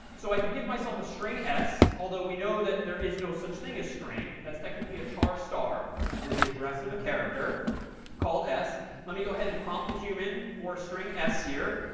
so i could give myself a string s although we know that there is no such thing as string. that's technically a char star or the address of a character called s let me go ahead and prompt the human for string s here.